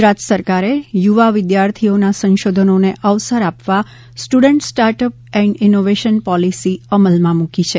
ગુજરાત સરકારે યુવા વિદ્યાર્થીઓના સંશોધનોને અવસર આપવા student startup and innovation policy અમલમાં મૂકી છે